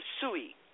SUI